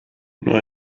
nur